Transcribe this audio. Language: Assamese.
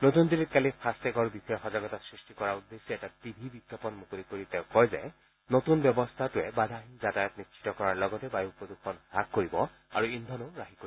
নতুন দিল্লীত কালি ফাষ্টটেগ বিষয়ে সজাগতা সৃষ্টি কৰাৰ উদ্দেশ্যে এটা টিভি বিজ্ঞাপন মুকলি কৰি তেওঁ কয় যে নতুন ব্যৱস্থাটোৱে বাধাহীন নিশ্চিত কৰাৰ লগতে বায়ূ প্ৰদূষণ হ্ৰাস কৰিব আৰু ইন্ধনো ৰাহি কৰিব